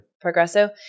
Progresso